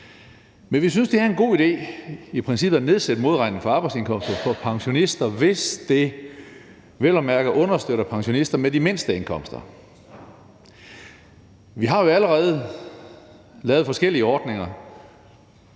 Men vi synes, at det er en god idé i princippet at nedsætte modregningen for arbejdsindkomster for pensionister, hvis det vel at mærke understøtter pensionister med de mindste indkomster. Vi har jo allerede lavet forskellige ordninger,